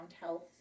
health